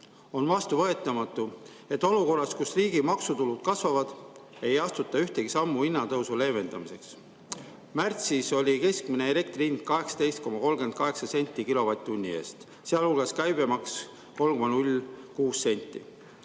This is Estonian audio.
On vastuvõetamatu, et olukorras, kus riigi maksutulud kasvavad, ei astuta ühtegi sammu hinnatõusu leevendamiseks. Märtsis oli keskmine elektri hind 18,38 senti kilovatt-tunni eest, sealhulgas käibemaks 3,06 senti.